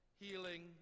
healing